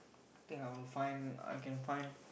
think I will find I can find